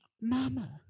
Mama